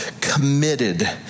committed